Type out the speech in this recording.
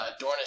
Dornish